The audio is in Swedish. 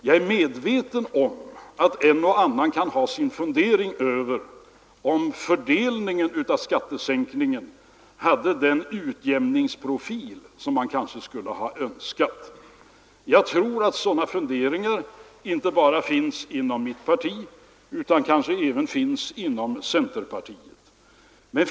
Jag är medveten om att en och annan kan ha sin fundering över huruvida fördelningen av skattesänkningen fått den utjämningsprofil som man kanske hade önskat. Jag tror att sådana funderingar finns inte bara inom mitt parti utan också inom centerpartiet.